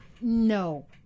no